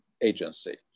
Agency